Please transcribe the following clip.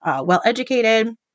well-educated